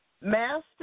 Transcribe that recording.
Master